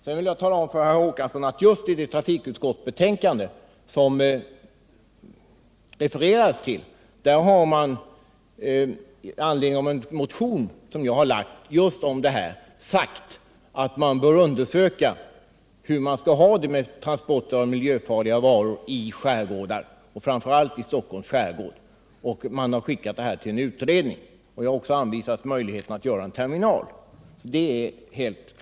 Jag kan också tala om för herr Håkansson att trafikutskottet just i det betänkande som det refererades till, med anledning av en av mig väckt motion om detta sagt, att frågan om transporter av miljöfarliga varor i skärgårdar, framför allt i Stockholms skärgård, bör utredas och också vidarebefordrade detta krav till en utredning. Jag har även påvisat möjligheten att inrätta en terminal i området.